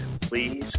Please